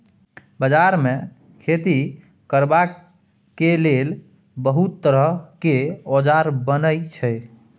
बजार मे खेती करबाक लेल बहुत तरहक औजार बनई छै